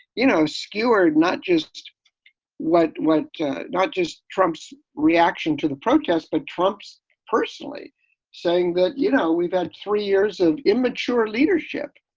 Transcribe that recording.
you know, skewered not just what went not just trump's reaction to the protests, but trump's personally saying that, you know, we've had three years of immature leadership.